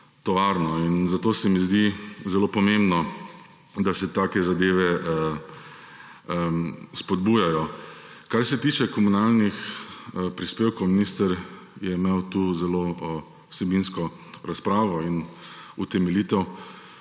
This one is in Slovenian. tovarno. Zato se mi zdi zelo pomembno, da se take zadeve spodbujajo. Kar se tiče komunalnih prispevkov, minister je imel tu zelo vsebinsko razpravo in utemeljitev,